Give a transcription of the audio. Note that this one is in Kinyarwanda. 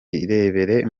irebere